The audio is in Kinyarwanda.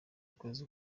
yakoze